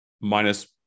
minus